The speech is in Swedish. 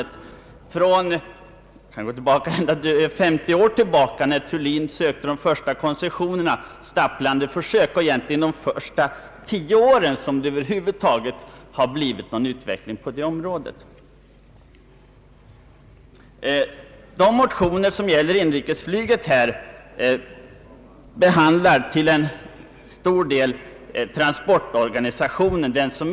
Man kan gå 50 år tillbaka till den tidpunkt då Enoch Thulin sökte de första koncessionerna. Det är egentligen först under de senaste tio åren som en utveckling har skett på detta område. De föreliggande motioner som gäller inrikesflyget behandlar till stor del godstransportorganisationen.